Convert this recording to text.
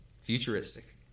futuristic